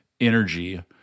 energy